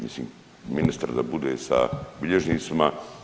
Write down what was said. Mislim ministar da bude sa bilježnicima?